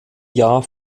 jahr